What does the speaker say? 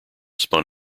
spun